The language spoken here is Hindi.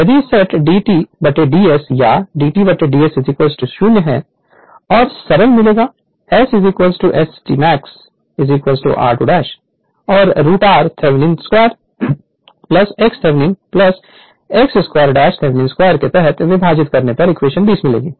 यदि सेट d Td S या d Td S 0 है और सरल मिलेगा S Smax T r2 और root r Thevenin 2 x Thevenin x 2 2 के तहत विभाजित करने पर इक्वेशन 20 मिलेगी